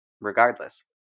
regardless